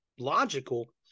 logical